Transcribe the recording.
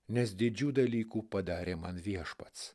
nes didžių dalykų padarė man viešpats